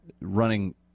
running